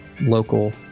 local